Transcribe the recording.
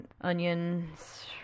Onions